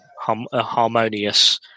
harmonious